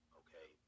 okay